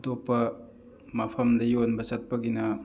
ꯑꯇꯣꯞꯄ ꯃꯐꯝꯗ ꯌꯣꯟꯕ ꯆꯠꯄꯒꯤꯅ